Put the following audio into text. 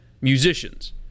musicians